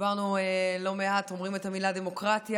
דיברנו לא מעט ואמרנו את המילה "דמוקרטיה",